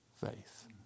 faith